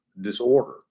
disorder